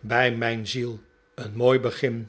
bij mijn ziel een mooi begin